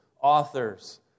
authors